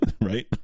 Right